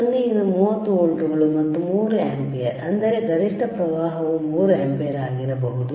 0 ರಿಂದ 30 ವೋಲ್ಟ್ಗಳು ಮತ್ತು 3 ಆಂಪಿಯರ್ ಅಂದರೆ ಗರಿಷ್ಠ ಪ್ರವಾಹವು 3 ಆಂಪಿಯರ್ ಆಗಿರಬಹುದು